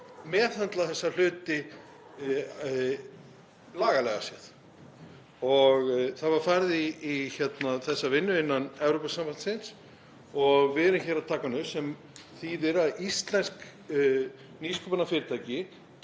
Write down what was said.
meðhöndla þessa hluti lagalega séð. Það var farið í þessa vinnu innan Evrópusambandsins og við erum hér að taka hana upp sem þýðir að íslensk nýsköpunarfyrirtæki